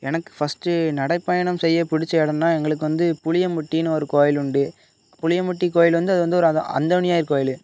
எனக்கு ஃபஸ்ட்டு நடைப்பயணம் செய்ய பிடிச்ச இடம்னா எங்களுக்கு வந்து புளியம்பட்டின்னு ஒரு கோவில் உண்டு புளியம்பட்டி கோவில் வந்து அது வந்து ஒரு அது அந்தோனியர் கோவிலு